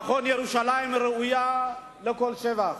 נכון, ירושלים ראויה לכל שבח,